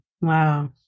Wow